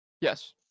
Yes